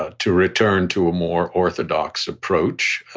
ah to return to a more orthodox approach,